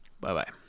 bye-bye